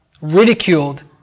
ridiculed